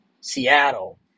Seattle